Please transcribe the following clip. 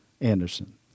Anderson